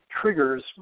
triggers